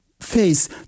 face